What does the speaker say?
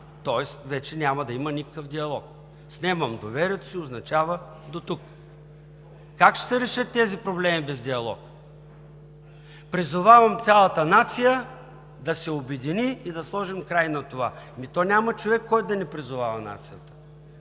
тоест вече няма да има никакъв диалог. „Снемам доверието си“ означава дотук. Как ще се решат тези проблеми без диалог? „Призовавам цялата нация да се обедини и да сложим край на това.“ Ами няма човек, който да не призовава нацията,